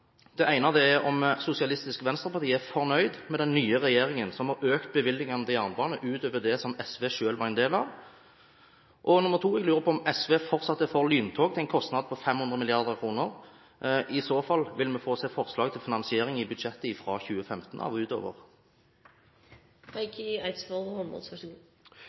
Det ene er om SV er fornøyd med at den nye regjeringen har økt bevilgningene til jernbane, utover det som SV selv sto bak. Og nummer to: Jeg lurer på om SV fortsatt er for lyntog til en kostnad på 500 mrd. kr. Og vil vi i så fall se forslag til finansiering i budsjettet fra 2015